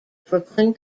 brooklyn